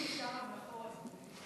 אני הייתי שם מאחור, גברתי.